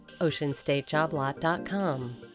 oceanstatejoblot.com